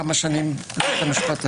כמה שנים בבית המשפט העליון.